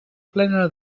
plena